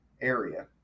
area